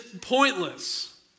pointless